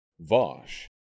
Vosh